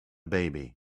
baby